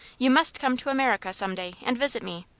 you must come to america some day, and visit me.